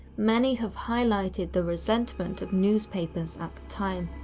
many have highlighted the resentment of newspapers at the time,